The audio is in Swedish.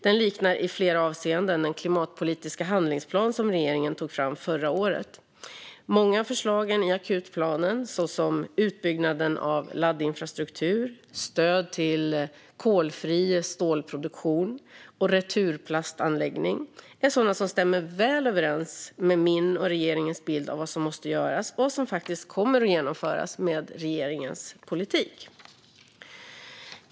Den liknar i flera avseenden den klimatpolitiska handlingsplan som regeringen tog fram förra året. Många av förslagen i akutplanen, såsom utbyggnad av laddinfrastruktur, stöd till kolfri stålproduktion och returplastanläggning, är sådana som stämmer väl överens med min och regeringens bild av vad som måste göras och vad som faktiskt kommer att genomföras med regeringens politik.